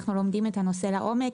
אנחנו לומדים את הנושא לעומק,